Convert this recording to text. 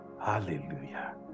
hallelujah